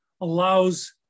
allows